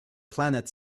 planet